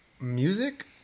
music